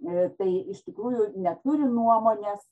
tai bei iš tikrųjų neturi nuomonės